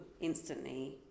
instantly